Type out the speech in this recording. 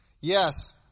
Yes